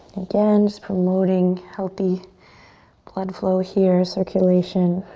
again, just promoting healthy blood flow here, circulation.